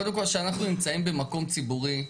קודם כל כשאנחנו נמצאים במקום ציבורי,